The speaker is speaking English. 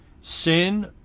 Sin